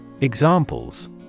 Examples